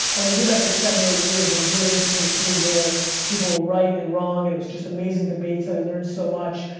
and we did that for seven or eight years, it was really interesting to see where people were right and wrong, and it was just amazing debates and i learned so much.